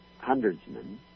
hundredsman